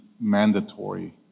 mandatory